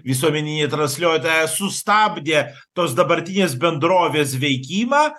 visuomeninį transliuotoją sustabdė tos dabartinės bendrovės veikimą